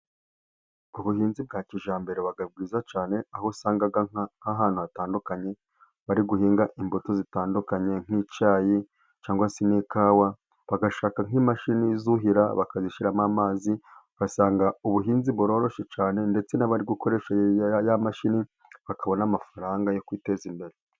Ubuhinzi bwa kijyambere buba bwiza cyane, aho usanga nk'ahantu hatandukanye bari guhinga imbuto zitandukanye nk'icyayi, cyangwa se n'ikawa, bagashaka nk'imashini zuhira, bakazishyiramo amazi, ugasanga ubuhinzi buroroshye cyane, ndetse n'abari gukoresha ya mashini bakabona amafaranga yo kwiteza imbere.